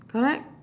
correct